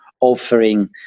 offering